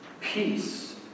Peace